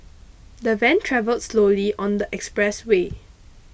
the van travelled slowly on the expressway